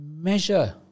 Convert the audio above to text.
measure